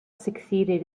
succeeded